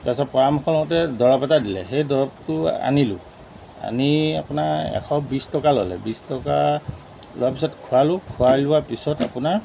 তাৰপিছত পৰামৰ্শ লওঁতে দৰব এটা দিলে সেই দৰবটো আনিলোঁ আনি আপোনাৰ এশ বিছ টকা ল'লে বিছ টকা লোৱাৰ পিছত খোৱালোঁ খুৱাই লোৱাৰ পিছত আপোনাৰ